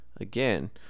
Again